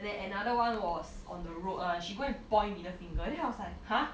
and then another one was on the road lah she go and point middle finger then I was like !huh!